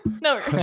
no